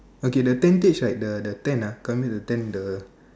okay the tentage right the the tent ah coming in the tent the